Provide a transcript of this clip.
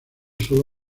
sólo